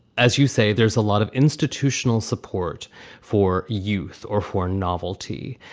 as you say, there's a lot of institutional support for youth or for novelty.